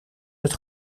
het